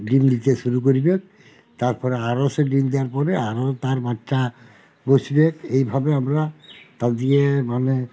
ডিম দিতে শুরু করবে তারপরে আরো সে ডিম দেয়ার পরে আরো তার বাচ্চা বসবে এইভাবে আমরা তা দিয়ে মানে